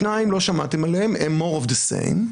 שניים לא שמעתם עליהם, More of the same,